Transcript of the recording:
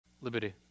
liberty